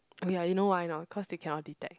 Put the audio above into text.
oh ya you know why or not cause they cannot detect